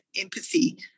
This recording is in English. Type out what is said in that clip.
empathy